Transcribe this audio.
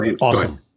awesome